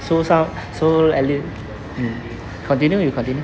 so some so at least mm continue you continue